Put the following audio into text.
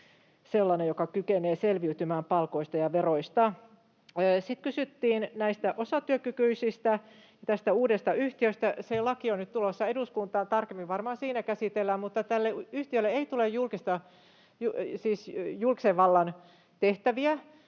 sellainen, joka kykenee selviytymään palkoista ja veroista. Sitten kysyttiin näistä osatyökykyisistä ja tästä uudesta yhtiöstä. Se laki on nyt tulossa eduskuntaan. Tarkemmin varmaan siinä tätä käsitellään, mutta tälle yhtiölle ei tule julkisen vallan tehtäviä.